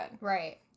Right